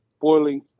boiling